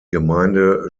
gemeinde